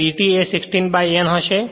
અને dt એ 60 N હશે